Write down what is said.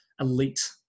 elite